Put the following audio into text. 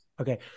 Okay